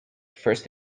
first